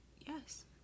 Yes